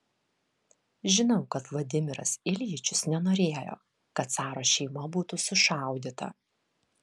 žinau kad vladimiras iljičius nenorėjo kad caro šeima būtų sušaudyta